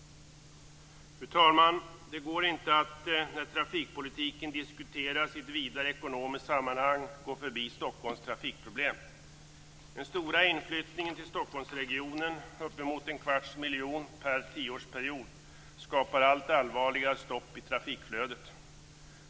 Fru talman! Det går inte att när trafikpolitiken diskuteras i ett vidare ekonomiskt sammanhang gå förbi Stockholms trafikproblem. Den stora inflyttningen till Stockholmsregionen - uppemot en kvarts miljon per tioårsperiod - skapar allt allvarligare stopp i trafikflödet.